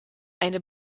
eine